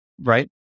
right